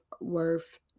worth